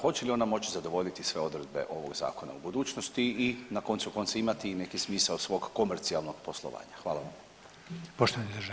Hoće li ona moći zadovoljiti sve odredbe ovog Zakona u budućnosti i na koncu konca imati i neki smisao svog komercijalnog poslovanja?